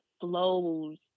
flows